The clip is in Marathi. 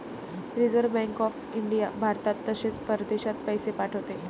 रिझर्व्ह बँक ऑफ इंडिया भारतात तसेच परदेशात पैसे पाठवते